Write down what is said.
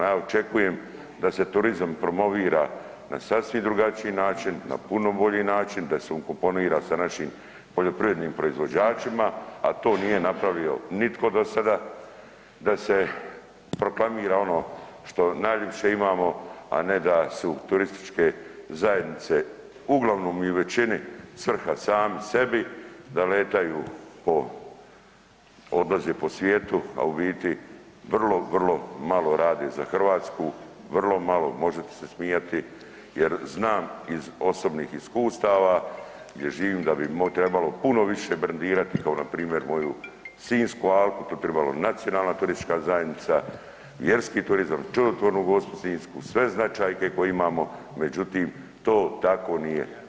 Ja očekujem da se turizam promovira na sasvim drugačiji način, na puno bolji način, da se ukomponira sa našim poljoprivrednim proizvođačima, a to nije napravio nitko do sada da se proklamira ono što najljepše imamo, a ne da su turističke zajednice uglavnom i u većini svrha sami sebi, da letaju po, odlaze po svijetu, a u biti vrlo, vrlo malo rade za Hrvatsku, vrlo malo, možete se smijati, jer znam iz osobnih iskustava gdje živim da bi trebalo puno više brendirati kao npr. moju Sinjsku alku, tu bi tribalo Nacionalna turistička zajednica, vjerski turizam, Čudotvornu Gospu Sinjsku, sve značajke koje imamo, međutim to tako nije.